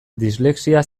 dislexia